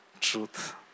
truth